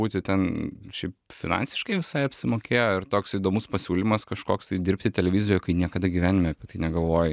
būti ten šiaip finansiškai visai apsimokėjo ir toks įdomus pasiūlymas kažkoks tai dirbti televizijoj kai niekada gyvenime apie tai negalvojai